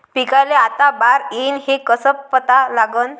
पिकाले आता बार येईन हे कसं पता लागन?